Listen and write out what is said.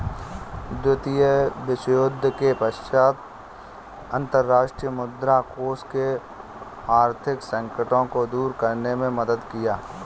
द्वितीय विश्वयुद्ध के पश्चात अंतर्राष्ट्रीय मुद्रा कोष ने आर्थिक संकटों को दूर करने में मदद किया